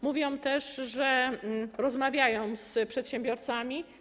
Mówią też, że rozmawiają z przedsiębiorcami.